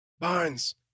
Barnes